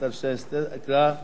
קריאה שנייה ושלישית.